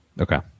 Okay